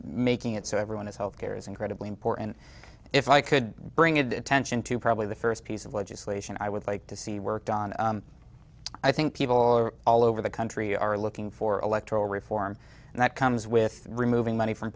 making it so everyone is health care is incredibly important if i could bring attention to probably the first piece of legislation i would like to see worked on i think people are all over the country are looking for electoral reform and that comes with removing money from